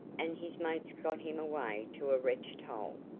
and his mates got him away to a wretched hole,